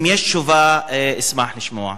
אם יש תשובה, אשמח לשמוע.